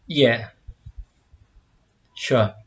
ya sure